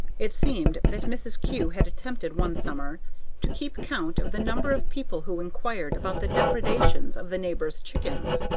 it seemed that mrs. kew had attempted one summer to keep count of the number of people who inquired about the depredations of the neighbors' chickens.